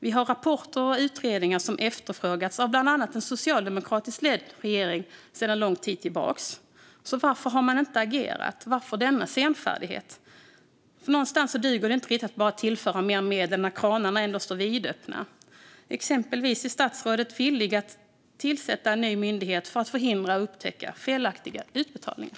Det finns rapporter och utredningar som efterfrågats av bland annat en socialdemokratiskt ledd regering för länge sedan. Varför har man inte agerat? Varför denna senfärdighet? Det duger inte riktigt att bara tillföra mer medel när kranarna ändå står vidöppna. Är statsrådet villig att exempelvis tillsätta en ny myndighet för att förhindra och upptäcka felaktiga utbetalningar?